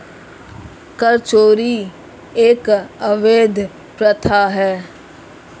कर चोरी एक अवैध प्रथा है